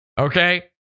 okay